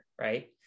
right